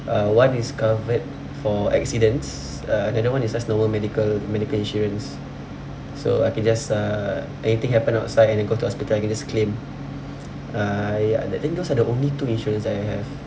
uh one is covered for accidents uh another one is just normal medical medical insurance so I can just uh anything happen outside and then go to hospital I can just claim uh ya I think those are the only two insurance that I have